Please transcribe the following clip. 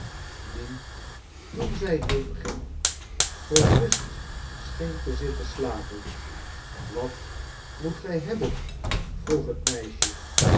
die toen zij heenging gerust scheen te zitten slapen wat moet gij hebben vroeg het meisje